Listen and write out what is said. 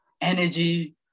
energy